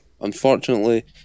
Unfortunately